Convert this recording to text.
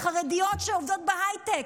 החרדיות האלה שעובדות בהייטק,